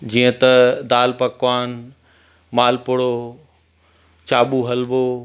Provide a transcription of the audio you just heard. जीअं त दाल पकवान मालपुड़ो चाबू हलवो